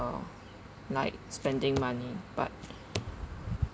uh like spending money but